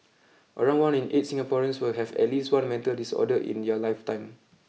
around one in eight Singaporeans will have at least one mental disorder in their lifetime